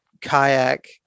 kayak